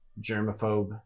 germaphobe